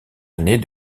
aînée